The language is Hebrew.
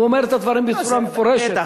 הוא אומר את הדברים בצורה מפורשת.